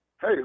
Hey